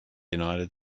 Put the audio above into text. united